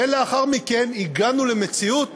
ולאחר מכן הגענו למציאות